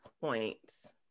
points